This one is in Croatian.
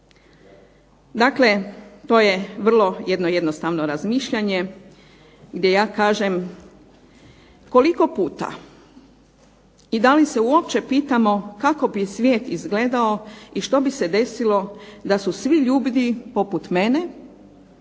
Dakle, to je vrlo jednostavno razmišljanje gdje ja kažem, koliko puta i da li se uopće pitamo kako bi svijet izgledao i što bi se desilo da su svi ljudi poput mene